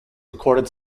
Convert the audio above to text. recorded